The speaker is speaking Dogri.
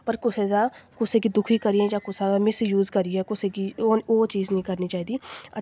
पर कुसै दा कुसै गी दुखी करियै जां कुसै दा मिसय़ूज करियै कुसै गी ओह् चीज़ निं करनी चाहिदी